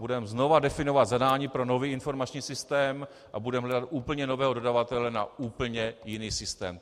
Budeme znovu definovat zadání pro nový informační systém a budeme hledat úplně nového dodavatele na úplně jiný systém.